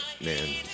man